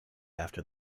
after